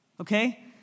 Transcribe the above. Okay